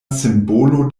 simbolo